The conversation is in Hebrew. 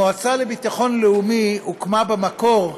המועצה לביטחון לאומי הוקמה, במקור,